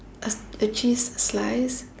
a a cheese slice